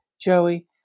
Joey